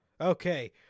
okay